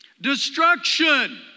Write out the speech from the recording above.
Destruction